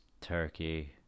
Turkey